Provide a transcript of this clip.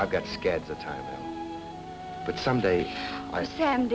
i've got scads of time but some day i stand